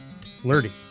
flirty